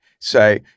say